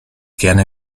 gerne